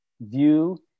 view